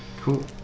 Cool